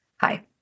Hi